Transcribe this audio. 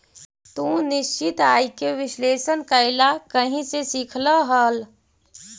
तू निश्चित आय के विश्लेषण कइला कहीं से सीखलऽ हल?